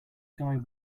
guy